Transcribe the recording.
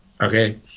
okay